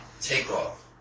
takeoff